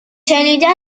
شنیدن